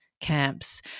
camps